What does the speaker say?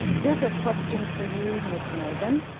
here is a question for you, ms. megan.